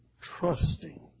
trusting